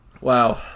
Wow